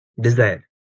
desire